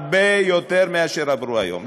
הרבה יותר מאשר עוברות היום.